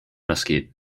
mesquite